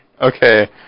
Okay